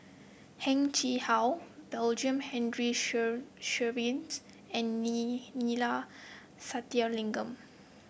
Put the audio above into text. Heng Chee How Benjamin Henry Sheares and Neila Sathyalingam